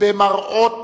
אחר מראות